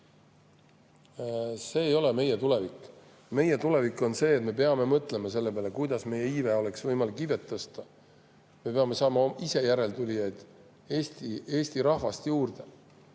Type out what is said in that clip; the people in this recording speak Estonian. See ei ole meie tulevik. Meie tulevik on see, et me peame mõtlema selle peale, kuidas oleks võimalik iivet tõsta. Me peame saama ise järeltulijaid, juurde Eesti rahvast, kes